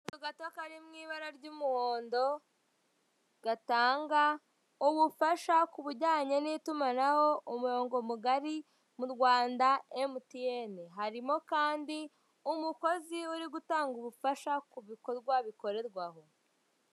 Akazu gato kari mu ibara ry'umuhondo gatanga ubufasha kubijyanye n'itumanaho umurongo mugari mu Rwanda MTN, harimo kandi umukozi uri gutanga ubufasha ku bikorwa bikorerwa aho.